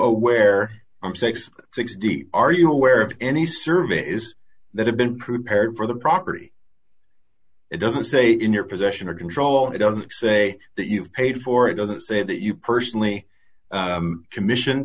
aware i'm sixty six d are you aware of any surveys that have been prepared for the property it doesn't say in your possession or control it doesn't say that you've paid for it doesn't say that you personally commission